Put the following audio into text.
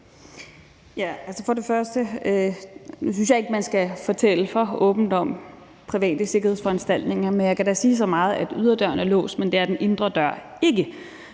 Nu synes jeg ikke, at man skal fortælle for åbent om private sikkerhedsforanstaltninger, men jeg kan da sige så meget, at yderdøren er låst, men at det er den indre dør ikke,